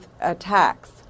attacks